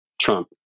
Trump